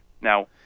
Now